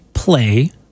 Play